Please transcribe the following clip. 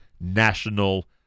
national